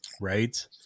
right